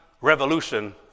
revolution